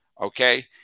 Okay